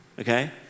Okay